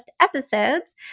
episodes